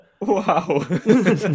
Wow